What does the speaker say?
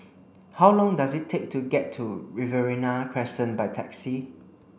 how long does it take to get to Riverina Crescent by taxi